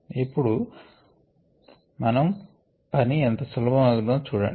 ఇప్పుడు మం పని ఎంత సులభం అగునో చూడండి